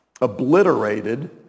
obliterated